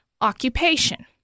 occupation